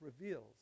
reveals